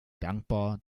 dankbar